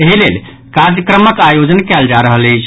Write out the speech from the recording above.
एहि लेल ई कार्यक्रमक आयोजन कयल जा रहल अछि